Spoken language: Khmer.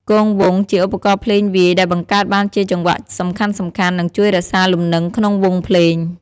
គងវង់ ជាឧបករណ៍ភ្លេងវាយ ដែលបង្កើតបានជាចង្វាក់សំខាន់ៗ និងជួយរក្សាលំនឹងក្នុងវង់ភ្លេង។